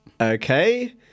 Okay